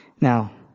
Now